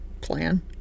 Plan